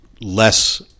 less